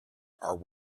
are